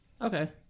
okay